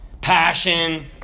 passion